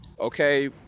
okay